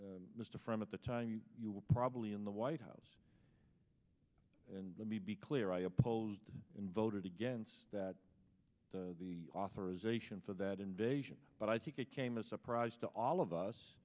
think mr from at the time you were probably in the white house and let me be clear i opposed him voted against that the authorization for that invasion but i think it came as a surprise to all of us